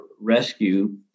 rescue